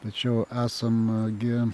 tačiau esam gi